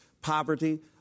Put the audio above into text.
poverty